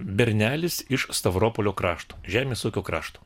bernelis iš stavropolio krašto žemės ūkio krašto